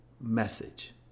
message